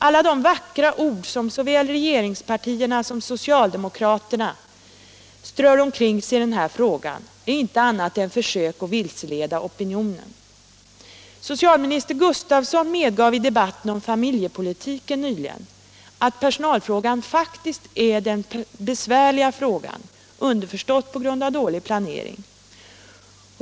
Alla de vackra ord som såväl regeringspartierna som socialdemokraterna strör omkring sig i denna fråga är inte annat än försök att vilseleda opinionen. Socialminister Gustavsson medgav i debatten om familjepolitiken nyligen att personalfrågan faktiskt är den besvärliga frågan — underförstått på grund av dålig planering.